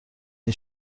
این